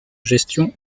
gestion